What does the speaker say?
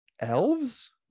elves